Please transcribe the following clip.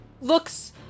looks